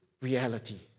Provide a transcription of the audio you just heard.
reality